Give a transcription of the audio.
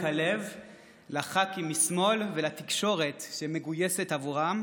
הלב לח"כים משמאל ולתקשורת שמגויסת עבורם